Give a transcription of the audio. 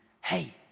Hey